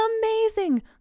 Amazing